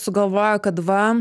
sugalvojo kad va